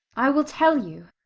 i will tell you.